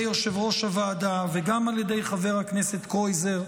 יושב-ראש הוועדה וגם על ידי חבר הכנסת קרויזר.